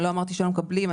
לא אמרתי שלא מקבלים,